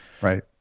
Right